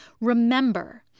Remember